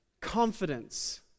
confidence